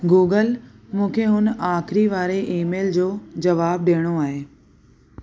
Google मूंखे हुन आख़िरी वारे ईमेल जो जवाबु ॾियणो आहे